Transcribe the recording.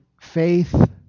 faith